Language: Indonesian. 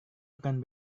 akan